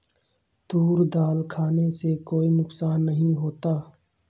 तूर दाल खाने से कोई नुकसान नहीं होता